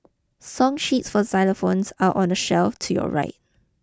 song sheets for xylophones are on the shelf to your right